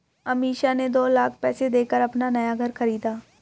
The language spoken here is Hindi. अमीषा ने दो लाख पैसे देकर अपना नया घर खरीदा